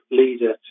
leader